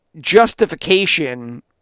justification